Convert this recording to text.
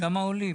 גם העולים?